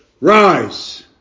rise